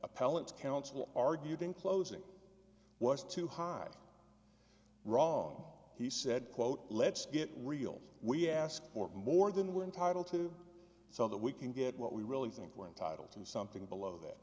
appellant counsel argued in closing was too high wrong he said quote let's get real we ask for more than we're entitle to so that we can get what we really think we're entitled to and something below that